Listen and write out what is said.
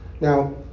Now